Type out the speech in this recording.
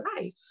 life